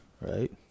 right